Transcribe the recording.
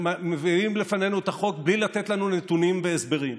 שמביאים לפנינו את החוק בלי לתת לנו נתונים והסברים.